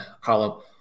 column